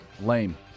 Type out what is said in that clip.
lame